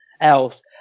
else